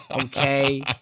Okay